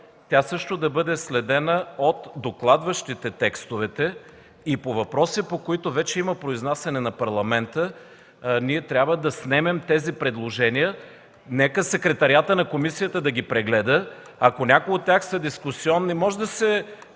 тя също да бъде следена от докладващите текстовете и по въпроси, по които вече има произнасяне на Парламента, ние трябва да снемем тези предложения. Нека Секретариатът на комисията да ги прегледа. Ако някои от тях са дискусионни, може да се